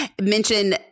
mention